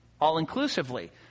all-inclusively